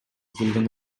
келген